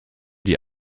die